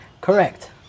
Correct